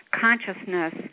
consciousness